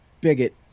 bigot